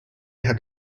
had